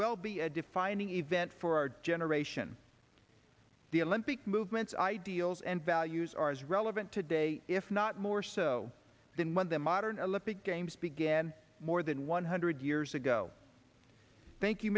well be a defining event for our generation the olympic movement's ideals and values are as relevant today if not more so than when the modern olympics games began more than one hundred years ago thank you